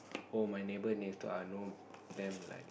oh my neighbour next door I know them like